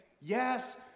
yes